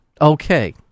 Okay